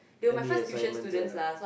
any assignments ah